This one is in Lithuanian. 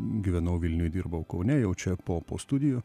gyvenau vilniuj dirbau kaune jau čia po po studijų